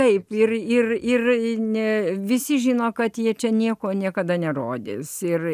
taip ir ir ir ne visi žino kad jie čia nieko niekada nerodys ir